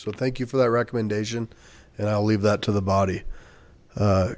so thank you for that recommendation and i'll leave that to the body